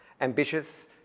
Ambitious